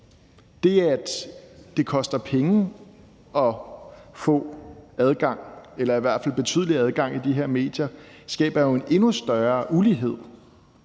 Det, at det koster penge at få adgang eller i hvert fald betydelig adgang til de her medier, skaber jo en endnu større ulighed